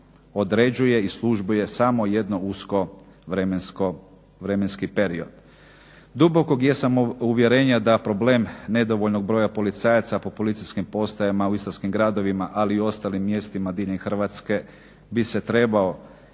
određuje i službuje samo jedan uski vremenski period. Dubokog jesam uvjerenja da problem nedovoljnog broja policajaca po policijskim postajama u istarskim gradovima, ali i u ostalim mjestima diljem Hrvatske bi se trebao